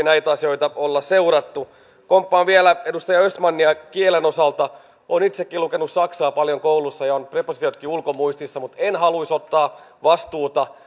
näitä asioita olla seurattu komppaan vielä edustaja östmania kielen osalta olen itsekin lukenut paljon saksaa koulussa ja ovat prepositiotkin ulkomuistissa mutta en haluaisi ottaa vastuuta